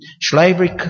slavery